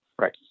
Right